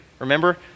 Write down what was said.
Remember